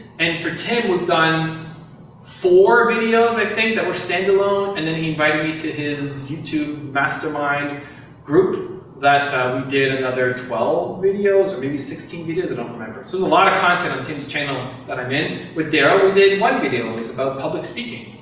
and for tim, we've done four videos, i think, that were standalone. and then he invited me to his youtube mastermind group that we did another twelve videos or maybe sixteen videos? i don't remember. so there's a lot of content on tim's channel that i'm in. with derral, we did one video. it was about public speaking.